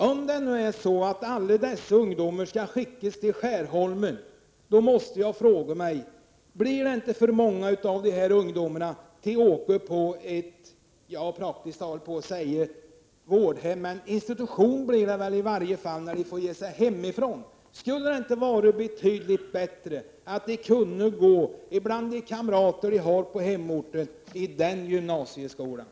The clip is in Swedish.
Om alla dessa ungdomar skall skickas till Skärholmen, blir det då inte för många av dem fråga om att vistas på, om inte vårdhem, så i varje fall institution? De får ju ge sig i väg hemifrån. Vore det inte betydligt bättre om dessa ungdomar kunde gå i gymnasieskolan på hemorten tillsammans med sina kamrater?